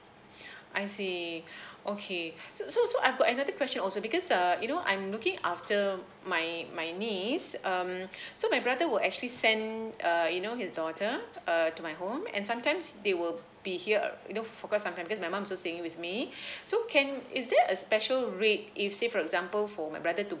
I see okay so so so I've got another question also because uh you know I'm looking after my my niece um so my brother will actually send err you know his daughter err to my home and sometimes they will be here uh forgot sometimes because my mum is also staying with me so can is there a special rate if say for example for my brother to